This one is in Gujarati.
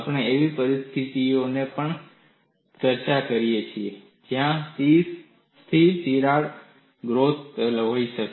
આપણે એવી પરિસ્થિતિઓની પણ ચર્ચા કરી છે જ્યાં સ્થિર તિરાડ ગ્રોથ હોઈ શકે